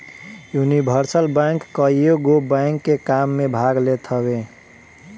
universal bank कईगो bank के काम में भाग लेत हवे